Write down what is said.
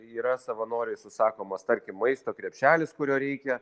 yra savanoriui susakomas tarkim maisto krepšelis kurio reikia